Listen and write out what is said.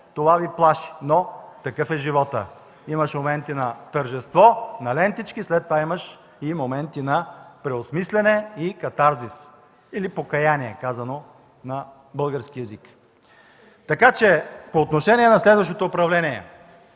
това Ви плаши, но такъв е животът – имаш моменти на тържество, на лентички, след това имаш и моменти на преосмисляне и катарзис, или покаяние, казано на български език. По отношение на следващото управление